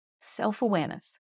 self-awareness